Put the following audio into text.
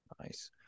Nice